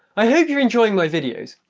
i hope you're enjoying my videos.